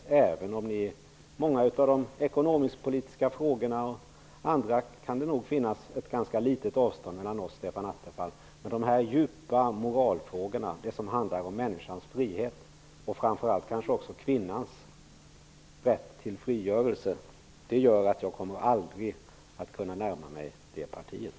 När det gäller många av de ekonomiskpolitiska frågorna och även andra frågor kan det nog vara ett ganska litet avstånd mellan mig och Stefan Attefall. Men de djupa moralfrågorna -- det som handlar om människans frihet och framför allt kvinnans rätt till frigörelse -- gör att jag aldrig kommer att kunna närma mig det partiet.